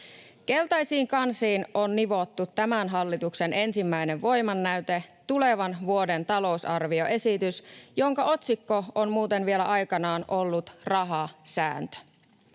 Keltaisiin kansiin on nivottu tämän hallituksen ensimmäinen voimannäyte, tulevan vuoden talousarvioesitys, jonka otsikko on muuten vielä aikanaan ollut ”Rahasääntö”.